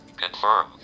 Confirm